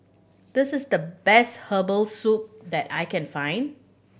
this is the best herbal soup that I can find